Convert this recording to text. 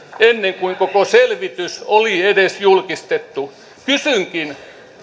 ennen kuin koko selvitys oli edes julkistettu kysynkin